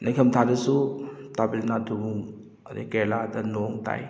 ꯅꯤꯡꯊꯝ ꯊꯥꯗꯁꯨ ꯇꯥꯃꯤꯜꯅꯥꯗꯨ ꯑꯗꯩ ꯀꯦꯔꯥꯂꯥꯗ ꯅꯣꯡ ꯇꯥꯏ